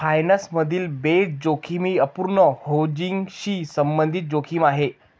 finance मधील base जोखीम ही अपूर्ण हेजिंगशी संबंधित जोखीम आहे